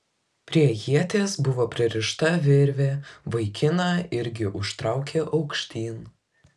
prie ieties buvo pririšta virvė vaikiną irgi užtraukė aukštyn